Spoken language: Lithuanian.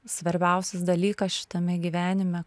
svarbiausias dalykas šitame gyvenime